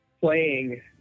playing